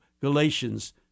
Galatians